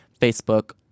Facebook